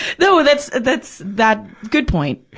no, well that's, that's, that, good point.